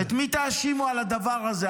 את מי תאשימו על הדבר הזה,